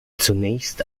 zunächst